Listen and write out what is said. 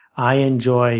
i enjoy